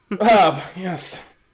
yes